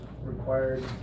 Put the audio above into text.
required